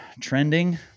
trending